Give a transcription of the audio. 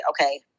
okay